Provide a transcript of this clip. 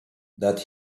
that